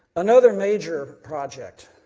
another major project